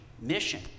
Mission